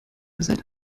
seit